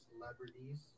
celebrities